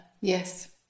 Yes